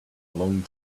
long